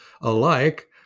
alike